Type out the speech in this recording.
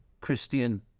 Christian